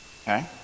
okay